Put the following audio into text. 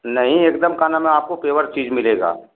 नहीं एकदम का नाम है आपको पेवर चीज़ मिलेगा